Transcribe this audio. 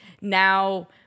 now